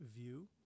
view